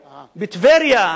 בטבריה,